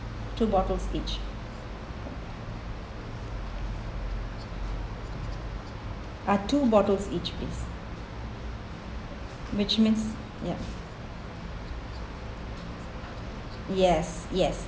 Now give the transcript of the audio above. two bottles each uh two bottles each please which means yup yes yes